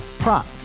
Prop